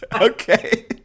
Okay